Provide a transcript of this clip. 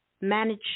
manage